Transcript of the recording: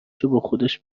جاباخودش